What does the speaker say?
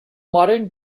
modern